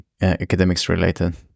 academics-related